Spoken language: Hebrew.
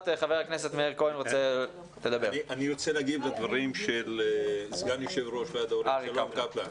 אני רוצה להגיב לדברים של סגן יושב-ראש ועד ההורים אריק קפלן.